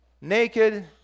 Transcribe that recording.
naked